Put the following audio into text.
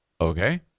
okay